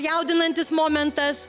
jaudinantis momentas